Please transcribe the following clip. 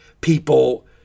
People